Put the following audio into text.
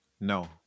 No